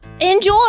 Enjoy